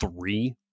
three